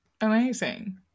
Amazing